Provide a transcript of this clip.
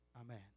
Amen